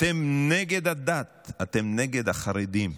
אתם נגד הדת, אתם נגד החרדים.